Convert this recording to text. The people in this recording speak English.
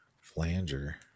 Flanger